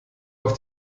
auf